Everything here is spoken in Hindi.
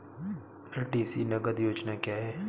एल.टी.सी नगद योजना क्या है?